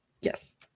Yes